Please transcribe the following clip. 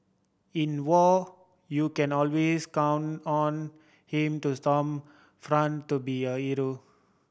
in war you can always count on him to storm front to be a hero